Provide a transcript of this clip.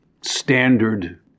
standard